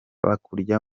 hakurya